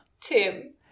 Tim